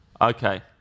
Okay